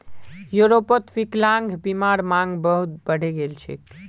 यूरोपोत विक्लान्ग्बीमार मांग बहुत बढ़े गहिये